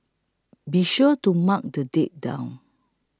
be sure to mark the date down